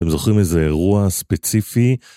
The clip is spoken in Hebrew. הם זוכרים איזה אירוע ספציפי